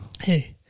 Hey